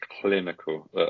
clinical